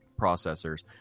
processors